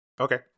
Okay